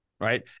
right